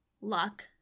luck